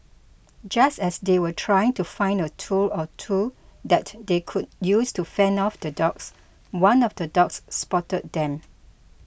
just as they were trying to find a tool or two that they could use to fend off the dogs one of the dogs spotted them